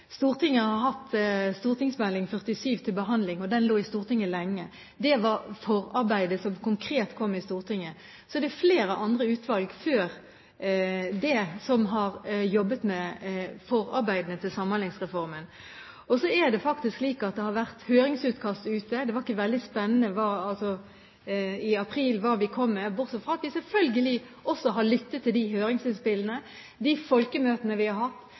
Stortinget har hatt St.meld. nr. 47 for 2008–2009 til behandling, og den lå i Stortinget lenge. Det var forarbeidet, som konkret kom i Stortinget. Så har flere andre utvalg før det jobbet med forarbeidene til Samhandlingsreformen, og det har vært høringsutkast ute. Det var ikke veldig spennende i april hva vi kom med, bortsett fra at vi selvfølgelig også har lyttet til høringsinnspillene, folkemøtene vi har hatt,